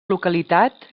localitat